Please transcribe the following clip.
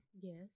Yes